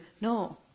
No